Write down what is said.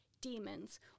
demons